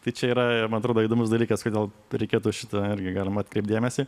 tai čia yra man atrodo įdomus dalykas kodėl reikėtų šitą irgi galima atkreipti dėmesį